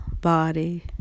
body